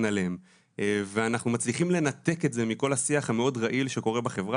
עליהם ואנחנו מצליחים לנתק את זה מכל השיח המאוד רעיל שקורה בחברה